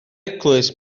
eglwys